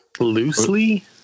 Loosely